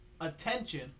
attention